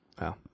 Wow